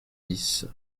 dix